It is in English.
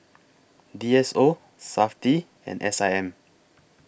D S O Safti and S I M